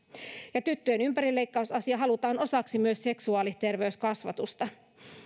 ja tyttöjen ympärileikkausasia halutaan osaksi myös seksuaaliterveyskasvatusta